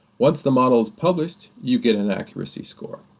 once the model is published, you get an accuracy score.